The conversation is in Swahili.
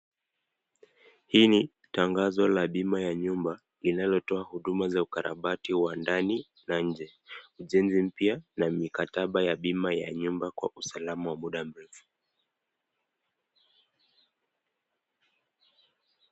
Hii ni tangazo la bima ya nyumba linalotoa huduma za ukarabati wa ndani na nje, ujenzi mpya na mikataba ya bima ya nyumba kwa usalama wa muda mrefu.